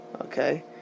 Okay